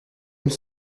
aime